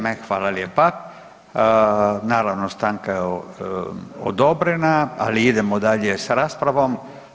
Naravno stanka je odobrena, ali idemo dalje s raspravom.